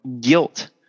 guilt